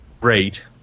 great